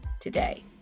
today